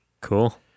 Cool